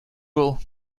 rule